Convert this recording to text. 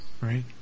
right